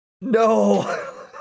No